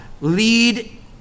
lead